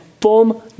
Boom